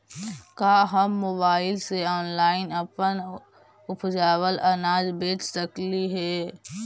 का हम मोबाईल से ऑनलाइन अपन उपजावल अनाज बेच सकली हे?